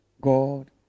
God